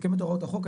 החוק.